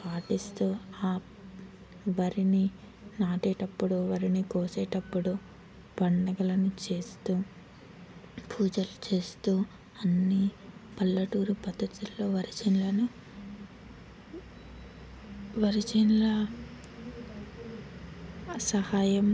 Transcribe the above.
పాటిస్తు ఆ వరిని నాటేటప్పుడు వరిని కోసేటప్పుడు పండగలను చేస్తు పూజలు చేస్తు అన్నీ పల్లెటూరు పద్ధతిలో వరి చేనులను వరి చేనుల సహాయం